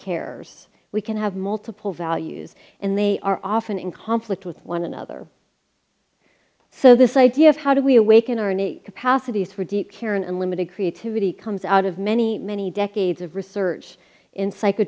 cares we can have multiple values and they are often in conflict with one another so this idea of how do we awaken our innate capacities for deep karen and limited creativity comes out of many many decades of research in psycho